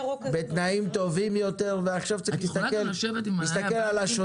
טובים יותר ועכשיו צריך להסתכל על השוטף,